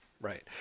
Right